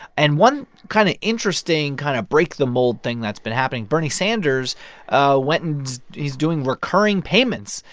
and one kind of interesting kind of break-the-mold thing that's been happening bernie sanders went, and he's doing recurring payments.